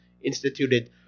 instituted